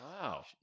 Wow